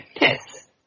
yes